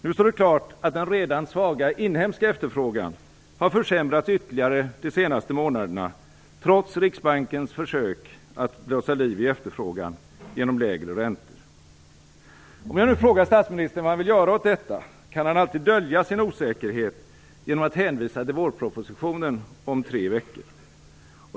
Nu står det klart att den redan svaga inhemska efterfrågan har försämrats ytterligare under de senaste månaderna trots Riksbankens försök att blåsa liv i efterfrågan genom lägre räntor. Om jag nu frågar statsministern vad regeringen vill göra åt detta, kan han alltid dölja sin osäkerhet genom att hänvisa till vårpropositionen om tre veckor.